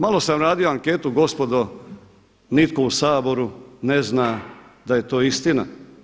Malo sam radio anketu gospodo, nitko u Saboru ne zna da je to istina.